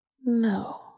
no